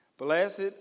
Blessed